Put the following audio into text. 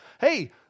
Hey